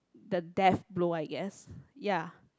the death blow I guess ya